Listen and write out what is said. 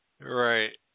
Right